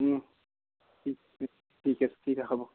ঠিক আছে ঠিক আছে হ'ব